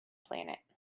planet